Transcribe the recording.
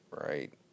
right